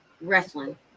Wrestling